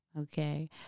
Okay